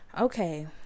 Okay